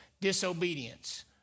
disobedience